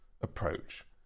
approach